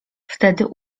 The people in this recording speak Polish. wtedy